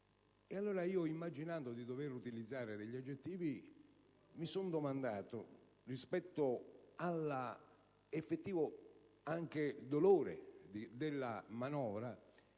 Immaginando di dover utilizzare degli aggettivi, mi sono interrogato rispetto all'effettivo dolore che provoca